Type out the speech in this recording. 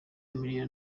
imirire